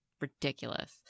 ridiculous